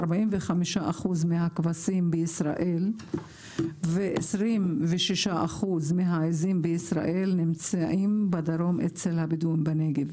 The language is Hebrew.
אבל 45% מהכבשים בישראל ו-26% מהעיזים בישראל נמצאים אצל הבדואים בנגב.